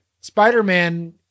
Spider-Man